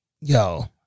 Yo